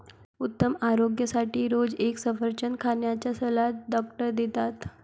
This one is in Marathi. उत्तम आरोग्यासाठी रोज एक सफरचंद खाण्याचा सल्ला डॉक्टर देतात